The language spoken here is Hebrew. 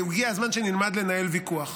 והגיע הזמן שנלמד לנהל ויכוח.